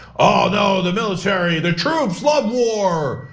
ah no, the military the troops love war.